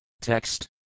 Text